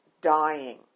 dying